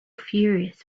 furious